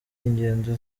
ingendo